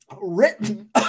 Written